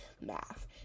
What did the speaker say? Math